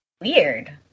Weird